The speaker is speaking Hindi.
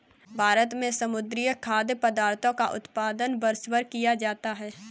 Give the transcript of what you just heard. भारत में समुद्री खाद्य पदार्थों का उत्पादन वर्षभर किया जाता है